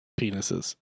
penises